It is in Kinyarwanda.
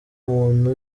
muntu